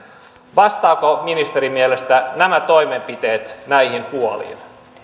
vastaavatko ministerin mielestä nämä toimenpiteet näihin huoliin